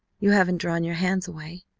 you haven't drawn your hands away!